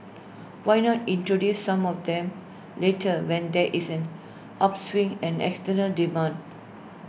why not introduce some of them later when there is an upswing an external demand